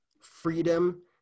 freedom